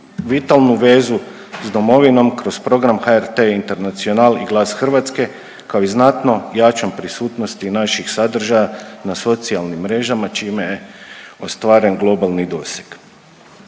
vitalnu vezu s domovinom kroz program HRTi Internacional i Glas Hrvatske, kao i znatno jačom prisutnosti naših sadržaja na socijalnim mrežama, čime je ostvaren globalni doseg.